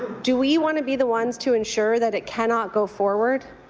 do we want to be the ones to ensure that it cannot go forward?